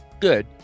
good